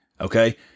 Okay